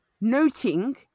noting